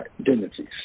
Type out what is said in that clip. identities